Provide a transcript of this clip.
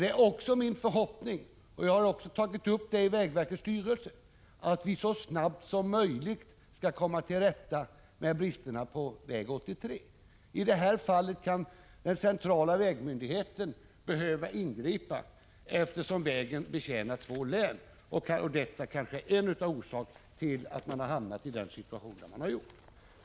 Det är också min förhoppning, och jag har tagit upp ärendet i vägverkets styrelse, att vi så snart som möjligt skall komma till rätta med bristerna på väg 83. I det här fallet kan den centrala vägmyndigheten behöva ingripa, eftersom vägen betjänar två län. Detta kanske är en av orsakerna till att vi hamnat i den situation som vi gjort.